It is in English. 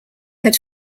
had